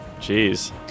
Jeez